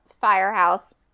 firehouse